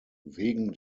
wegen